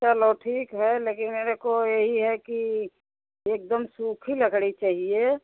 चलो ठीक है लेकिन मेरे को यही है कि एक दम सूखी लकड़ी चाहिए